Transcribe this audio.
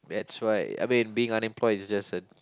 that's right I mean being unemployed is just a